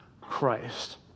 Christ